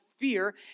fear